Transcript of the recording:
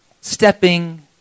stepping